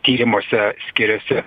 tyrimuose skiriasi